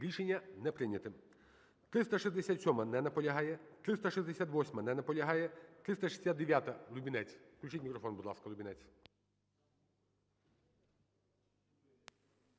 Рішення не прийнято. 367-а. Не наполягає. 368-а. Не наполягає. 369-а, Лубінець. Включіть мікрофон, будь ласка. Лубінець.